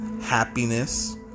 happiness